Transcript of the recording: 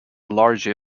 largely